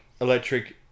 electric